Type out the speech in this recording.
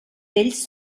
vells